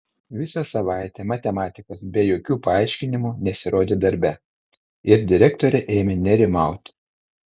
visą savaitę matematikas be jokių paaiškinimų nesirodė darbe ir direktorė ėmė nerimauti